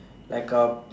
like uh